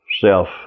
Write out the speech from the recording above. self